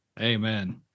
Amen